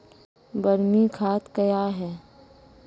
बरमी खाद कया हैं?